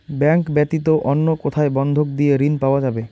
Bank ব্যাতীত অন্য কোথায় বন্ধক দিয়ে ঋন পাওয়া যাবে?